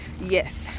Yes